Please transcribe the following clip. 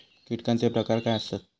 कीटकांचे प्रकार काय आसत?